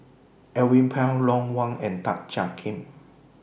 Alvin Pang Ron Wong and Tan Jiak Kim